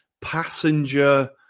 passenger